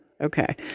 Okay